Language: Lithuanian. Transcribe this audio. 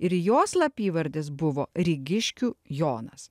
ir jo slapyvardis buvo rygiškių jonas